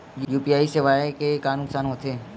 UPI सेवाएं के का नुकसान हो थे?